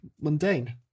mundane